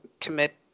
commit